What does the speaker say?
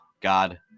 God